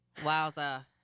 Wowza